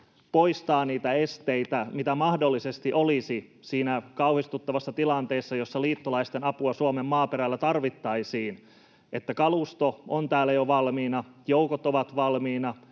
poistaa niitä esteitä, mitä mahdollisesti olisi siinä kauhistuttavassa tilanteessa, jossa liittolaisten apua Suomen maaperällä tarvittaisiin, että kalusto on täällä jo valmiina, joukot ovat valmiina,